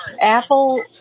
Apple